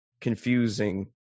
confusing